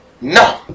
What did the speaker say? No